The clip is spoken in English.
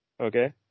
Okay